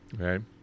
okay